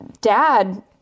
dad